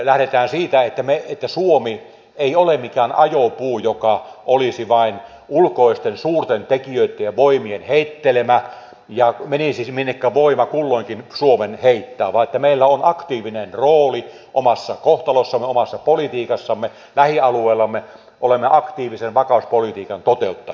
lähdetään siitä että suomi ei ole mikään ajopuu joka olisi vain ulkoisten suurten tekijöitten ja voimien heittelemä ja menisi minnekä voima kulloinkin suomen heittää ja että meillä on aktiivinen rooli omassa kohtalossamme omassa politiikassamme lähialueellamme olemme aktiivisen vakauspolitiikan toteuttajia